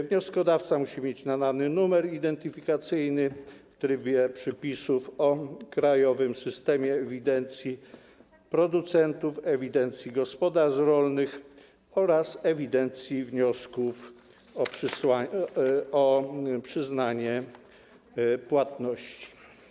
Wnioskodawca musi mieć nadany numer identyfikacyjny w trybie przepisów o krajowym systemie ewidencji producentów, ewidencji gospodarstw rolnych oraz ewidencji wniosków o przyznanie płatności.